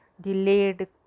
delayed